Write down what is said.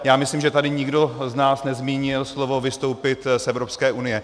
Já myslím, že tady nikdo z nás nezmínil slovo vystoupit z Evropské unie.